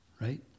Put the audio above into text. right